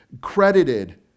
credited